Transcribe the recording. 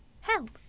Help